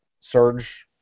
Surge